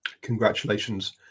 congratulations